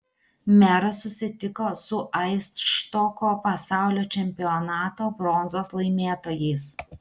meras susitiko su aisštoko pasaulio čempionato bronzos laimėtojais